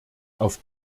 auf